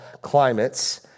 climates